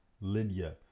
Lydia